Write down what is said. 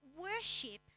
worship